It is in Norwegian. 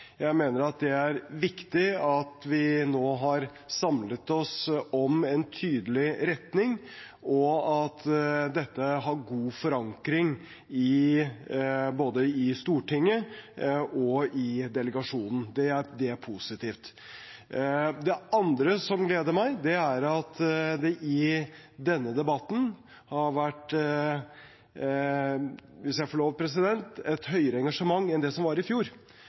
Jeg mener det er viktig at vi nå har samlet oss om en tydelig retning, og at dette har god forankring både i Stortinget og i delegasjonen. Det er positivt. Det andre som gleder meg, er at det i denne debatten har vært – hvis jeg får lov, president – et større engasjement enn det som var i fjor.